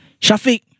shafiq